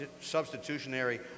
substitutionary